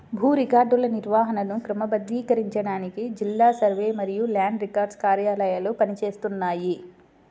భూ రికార్డుల నిర్వహణను క్రమబద్ధీకరించడానికి జిల్లా సర్వే మరియు ల్యాండ్ రికార్డ్స్ కార్యాలయాలు పని చేస్తున్నాయి